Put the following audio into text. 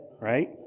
right